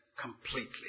completely